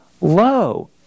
low